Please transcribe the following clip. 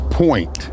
point